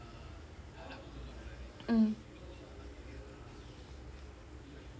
mm